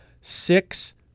six